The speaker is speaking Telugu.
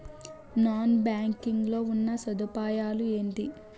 నాన్ బ్యాంకింగ్ లో ఉన్నా సదుపాయాలు ఎంటి?